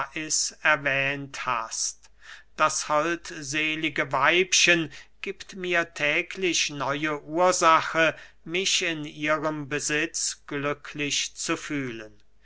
lais erwähnt hast das holdselige weibchen giebt mir täglich neue ursache mich in ihrem besitz glücklich zu fühlen